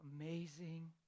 amazing